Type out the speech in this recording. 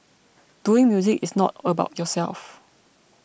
doing music is not about yourself